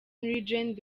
legend